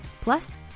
Plus